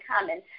common